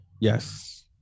Yes